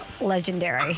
Legendary